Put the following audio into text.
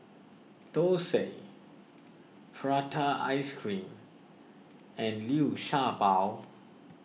Thosai Prata Ice Cream and Liu Sha Bao